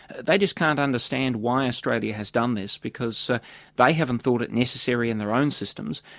they just can't understand why australia has done this because they haven't thought it necessary in their own systems.